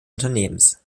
unternehmens